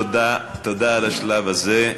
תודה על השלב הזה.